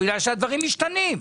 בגלל שהדברים משתנים,